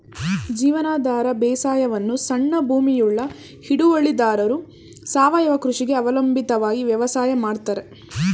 ಜೀವನಾಧಾರ ಬೇಸಾಯವನ್ನು ಸಣ್ಣ ಭೂಮಿಯುಳ್ಳ ಹಿಡುವಳಿದಾರರು ಸಾವಯವ ಕೃಷಿಗೆ ಅವಲಂಬಿತವಾಗಿ ವ್ಯವಸಾಯ ಮಾಡ್ತರೆ